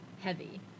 heavy